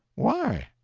why?